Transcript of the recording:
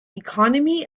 economy